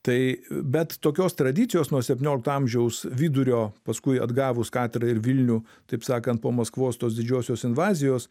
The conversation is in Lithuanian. tai bet tokios tradicijos nuo septyniolikto amžiaus vidurio paskui atgavus katedrą ir vilnių taip sakant po maskvos tos didžiosios invazijos